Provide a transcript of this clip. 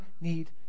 need